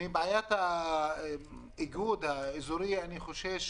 בעיית האיגוד האזורי אני חושש